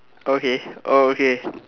okay oh okay